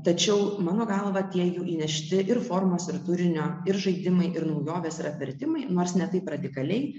tačiau mano galva tie jų įnešti ir formos ir turinio ir žaidimai ir naujovės ir apvertimai nors ne taip radikaliai